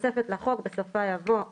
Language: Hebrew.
בתוספת לחוק, בסופה יבוא "(7)